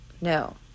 No